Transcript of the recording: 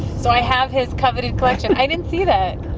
so i have his coveted collection, i didn't see that.